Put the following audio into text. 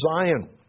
Zion